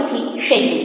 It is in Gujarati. ફરીથી શૈલી